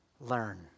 learn